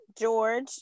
George